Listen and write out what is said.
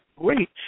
great